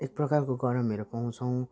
एक प्रकारको गरमहरू पाउँछौँ